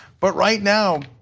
but right now,